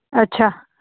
अच्छा